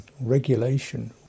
regulation